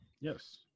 Yes